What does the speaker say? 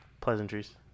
pleasantries